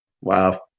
Wow